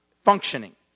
Functioning